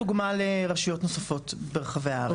וגם יכולות להוות דוגמה לרשויות נוספות ברחבי הארץ.